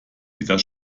wieder